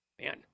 Man